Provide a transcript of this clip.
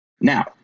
Now